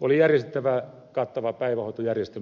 oli järjestettävä kattava päivähoitojärjestelmä